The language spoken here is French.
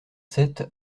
sept